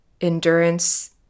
endurance